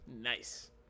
Nice